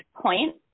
point